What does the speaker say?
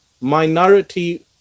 minority